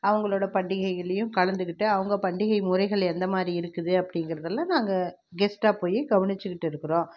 அவங்களோட பண்டிகைகள்லேயும் கலந்துக்கிட்டு அவங்க பண்டிகை முறைகள் எந்த மாதிரி இருக்குது அப்டிங்கிறதுல்லாம் நாங்கள் கெஸ்ட்டாக போய் கவனிச்சிகிட்டு இருக்கிறோம்